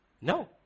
No